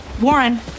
Warren